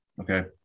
Okay